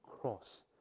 cross